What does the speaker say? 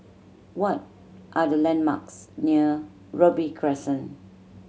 what are the landmarks near Robey Crescent